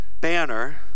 banner